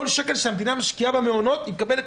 כל שקל שהמדינה משקיעה במעונות היא מקבלת